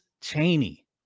Cheney